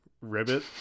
Ribbit